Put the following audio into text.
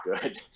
good